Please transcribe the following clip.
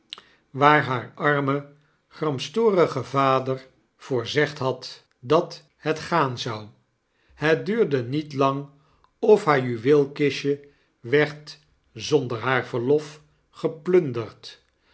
waar haar arme gramstorige vader voorzegd had dat het gaan zou het duurde niet lang of haar juweelkistje werd zonder haar verlof geplunderd